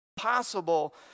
possible